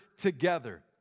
together